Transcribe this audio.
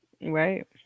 Right